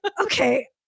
okay